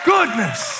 Goodness